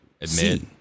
admit